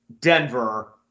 Denver